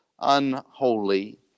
unholy